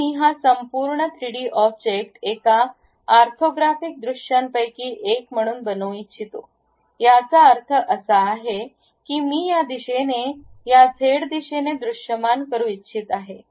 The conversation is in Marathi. आता मी हा संपूर्ण थ्रीडी ऑब्जेक्ट एका ऑर्थोग्राफिक दृश्यांपैकी एक म्हणून दर्शवू इच्छितो याचा अर्थ असा आहे की मी या दिशेने या झेड दिशेने दृश्यमान करू इच्छित आहे